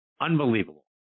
unbelievable